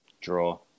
Draw